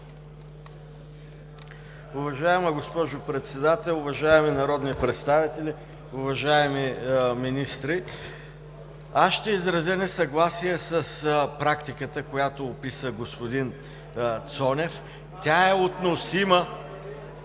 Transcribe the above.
Уважаема госпожо Председател, уважаеми народни представители, уважаеми министри! Аз ще изразя несъгласие с практиката, която описа господин Цонев. Тя е относима